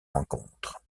encontre